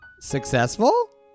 Successful